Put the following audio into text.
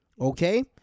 okay